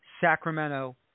Sacramento